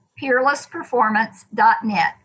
peerlessperformance.net